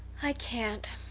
i can't.